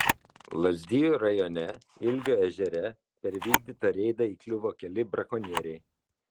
lazdijų rajone ilgio ežere per vykdytą reidą įkliuvo keli brakonieriai